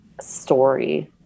story